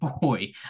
boy